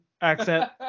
accent